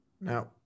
Now